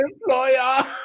employer